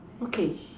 okay